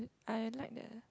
I like that